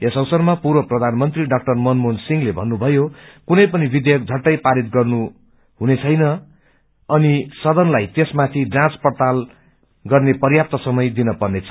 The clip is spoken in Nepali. यस अवसरमा पूर्व प्रधानमंत्री ड़ा मनमोहन सिंहले भन्नुभयो कुनै पनि विषेयक झट्टै पारित गर्नु हुदैन अनि सदनलाइ तयसमाथिजाँच पड़ताल गर्ने पर्याप्त समय दिन पर्नेछ